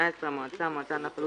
2018); "המועצה" המועצה לענף הלול